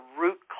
root